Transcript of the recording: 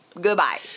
Goodbye